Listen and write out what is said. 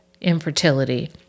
infertility